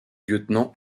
lieutenant